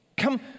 Come